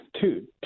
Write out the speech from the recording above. two